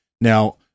Now